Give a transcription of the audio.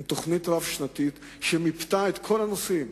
עם תוכנית רב-שנתית שמיפתה את כל הנושאים,